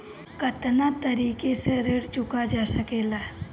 कातना तरीके से ऋण चुका जा सेकला?